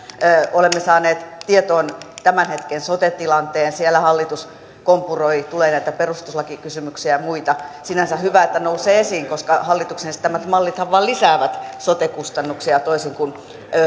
olemme saaneet tietoon tämän hetken sote tilanteen siellä hallitus kompuroi tulee näitä perustuslakikysymyksiä ja muita sinänsä hyvä että nousee esiin koska hallituksen esittämät mallithan vain lisäävät sote kustannuksia toisin kuin